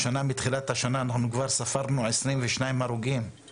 השנה מתחילת השנה כבר ספרנו 22 הרוגים,